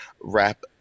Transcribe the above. wrap